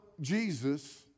Jesus